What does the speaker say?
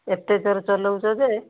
ଏତେ ଜୋରରେ ଚଲାଉଛ ଯେ